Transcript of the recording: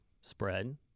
spread